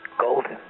golden